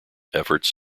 efforts